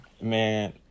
man